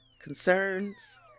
concerns